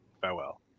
farewell